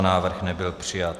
Návrh nebyl přijat.